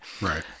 Right